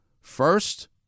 First